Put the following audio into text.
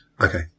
Okay